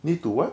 need to what